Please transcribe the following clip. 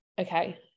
Okay